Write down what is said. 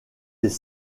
des